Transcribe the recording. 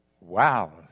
Wow